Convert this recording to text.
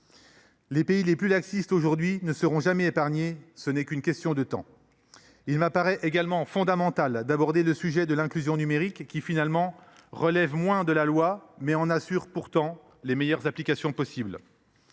Les pays les plus laxistes aujourd’hui ne le seront jamais : ce n’est qu’une question de temps. Il m’apparaît également fondamental d’aborder le sujet de l’inclusion numérique, qui, finalement, relève moins de la loi, mais en assure la meilleure application possible.